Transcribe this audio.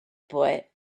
boy